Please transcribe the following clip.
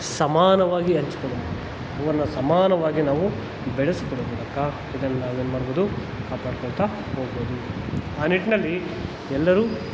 ಸಮಾನವಾಗಿ ಹಂಚ್ಕೊಬೇಕು ಇವನ್ನು ಸಮಾನವಾಗಿ ನಾವು ಬೆಳೆಸ್ಕೊಳ್ಳೊ ಮೂಲಕ ಇದನ್ನು ನಾವು ಏನ್ಮಾಡ್ಬೋದು ಕಾಪಾಡ್ಕೊಳ್ತಾ ಹೋಗ್ಬೋದು ಆ ನಿಟ್ಟಿನಲ್ಲಿ ಎಲ್ಲರೂ